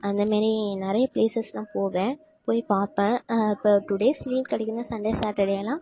அந்த மாரி நிறைய ப்ளேசஸ்லாம் போவேன் போய் பார்ப்பேன் இப்போ டூ டேஸ் லீவ் கிடைக்குதுனா சண்டே சாட்டர்டேலாம்